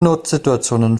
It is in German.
notsituationen